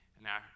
Now